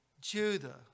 Judah